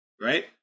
right